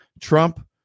Trump